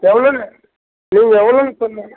எவ்வளோன்னு நீங்கள் எவ்வளோன்னு சொல்லுங்கள்